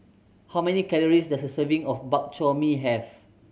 how many calories does a serving of Bak Chor Mee have